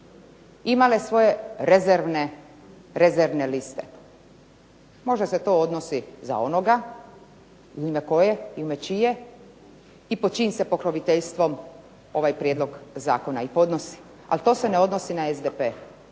imale svoje rezervne liste. Možda se to odnosi za onoga u ime koje i u ime čije i pod čijim se pokroviteljstvom ovaj prijedlog zakona i podnosi. Ali to se ne odnosi na SDP.